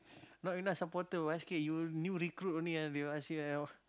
not enough supporter basket you new recruit only ah they will ask you ah